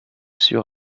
sur